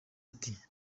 ati